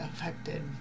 affected